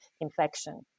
infection